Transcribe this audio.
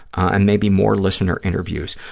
and maybe more listener interviews.